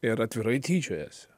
ir atvirai tyčiojasi